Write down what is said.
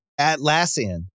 Atlassian